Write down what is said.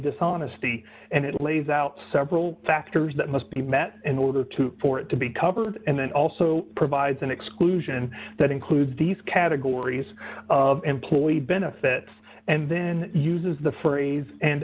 dishonesty and it lays out several factors that must be met in order to for it to be covered and then also provides an exclusion that includes these categories of employee benefits and then uses the phrase and